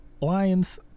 lions